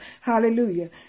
Hallelujah